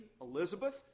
Elizabeth